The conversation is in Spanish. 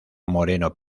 moreno